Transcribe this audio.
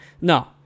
No